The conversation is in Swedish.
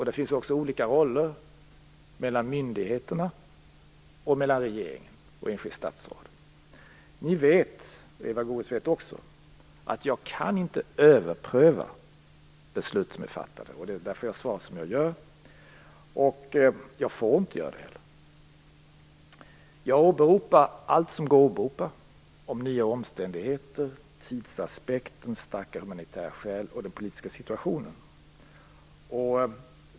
Det finns också olika roller för myndigheterna, regeringen och ett enskilt statsråd. Ni vet att jag inte kan överpröva beslut som är fattade - det är därför som jag har svarat som jag har gjort - och jag får inte heller göra det. Jag åberopar allt som går att åberopa om nya omständigheter, tidsaspekten, starka humanitära skäl och den politiska situationen.